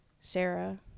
sarah